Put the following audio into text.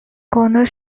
corner